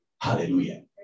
Hallelujah